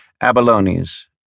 Abalones